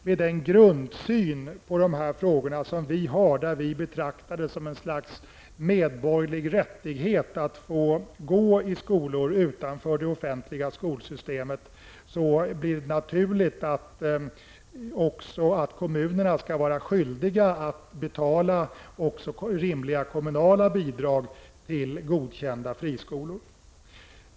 Med vår grundsyn på de här frågorna, där vi betraktar det som en slags medborgerlig rättighet att få gå i skolor utanför det offentliga skolsystemet, blir det naturligt att också kommunerna skall vara skyldiga att betala rimliga kommunala bidrag till godkända friskolor.